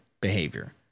behavior